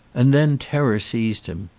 and then terror seized him.